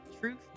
truth